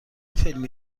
فیلمی